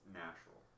natural